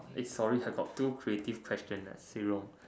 eh sorry I got two creative question leh see wrong